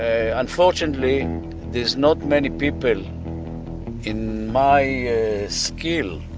ah unfortunately there's not many people in my skill,